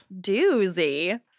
Doozy